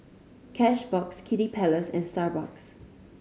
Cashbox Kiddy Palace and Starbucks